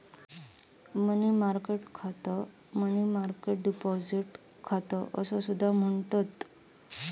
मनी market खात्याक money market deposit खाता असा सुद्धा म्हणतत